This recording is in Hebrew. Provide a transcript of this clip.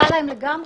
בוטל להם לגמרי?